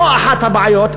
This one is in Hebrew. לא אחת הבעיות,